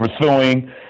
pursuing